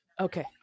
Okay